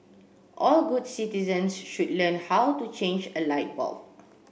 all good citizens should learn how to change a light bulb